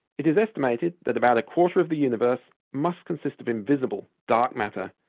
it is estimated that about a quarter of the universe must consist of invisible dark matter,